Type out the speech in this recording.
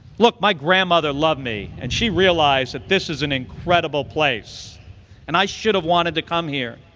look, my grandmother loved me and she realized that this is an incredible place and i should have wanted to come here,